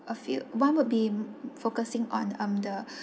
a few one would be focusing on um the